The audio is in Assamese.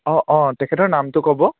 অঁ অঁ তেখেতৰ নামটো ক'ব